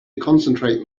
concentrate